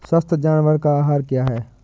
स्वस्थ जानवर का आहार क्या है?